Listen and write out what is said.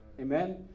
Amen